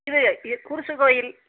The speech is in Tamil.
இது இது குருசுக்கோயில்